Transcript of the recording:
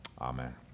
Amen